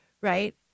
Right